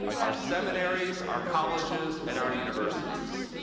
our seminaries, our colleges and our universities.